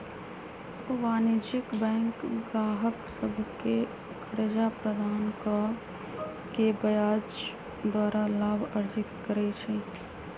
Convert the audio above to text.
वाणिज्यिक बैंक गाहक सभके कर्जा प्रदान कऽ के ब्याज द्वारा लाभ अर्जित करइ छइ